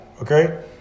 okay